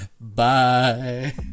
Bye